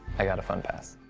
i got a fun pass.